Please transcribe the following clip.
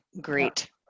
great